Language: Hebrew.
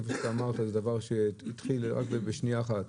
כפי שאמרת, זה דבר שהתחיל בשנייה אחת.